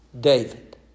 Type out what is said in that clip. David